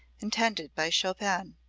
intended by chopin.